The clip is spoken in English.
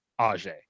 Ajay